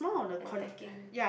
attacking